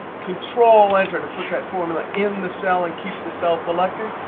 control enter to put that formula in the cell and keep the cell selected.